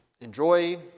enjoy